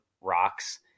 rocks